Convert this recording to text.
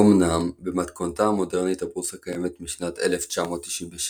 אומנם במתכונתה המודרנית הבורסה קיימת משנת 1997,